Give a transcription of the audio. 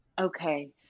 Okay